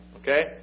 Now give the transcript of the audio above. Okay